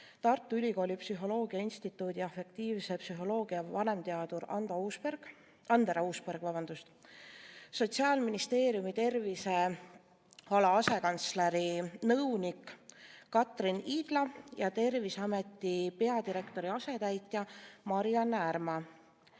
Tartu Ülikooli psühholoogia instituudi afektiivse psühholoogia vanemteadur Andero Uusberg, Sotsiaalministeeriumi terviseala asekantsleri nõunik Katrin Idla ja Terviseameti peadirektori asetäitja Mari‑Anne Härma.